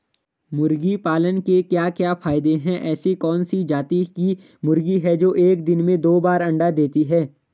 मुर्गी पालन के क्या क्या फायदे हैं ऐसी कौन सी जाती की मुर्गी है जो एक दिन में दो बार अंडा देती है?